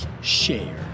share